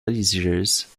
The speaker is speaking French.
religieuses